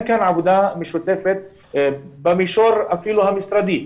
כאן עבודה משותפת אפילו במישור המשרדי,